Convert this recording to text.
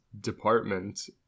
department